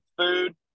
Food